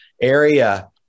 area